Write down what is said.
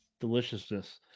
deliciousness